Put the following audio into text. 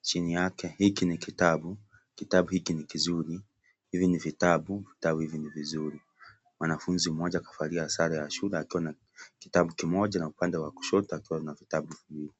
Chini yake " Hiki ni kitabu, Kitabu hiki ni kizuri. Hivi ni vitabu, vitabu hivi ni vizuri". Mwanafunzi mmoja kavalia sare ya shule akiwa na kitabu kimoja na upande wa kushoto akiwa na vitabu viwili.